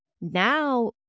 Now